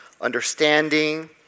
understanding